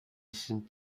sind